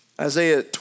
Isaiah